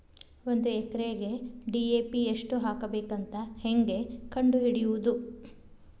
ಒಂದು ಎಕರೆಗೆ ಡಿ.ಎ.ಪಿ ಎಷ್ಟು ಹಾಕಬೇಕಂತ ಹೆಂಗೆ ಕಂಡು ಹಿಡಿಯುವುದು?